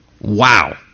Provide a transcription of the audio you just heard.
Wow